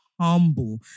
humble